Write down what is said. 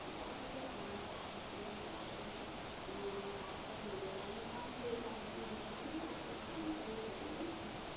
তাৰপাছত আমাৰ ভাইটি আহিলে অঁ তাৰপাছত নিবলৈ আমি ফোন কৰিলোঁ আমিতো নেজানো তাৰপাছত ফোন কৰি সুধিলোঁ অঁ